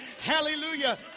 Hallelujah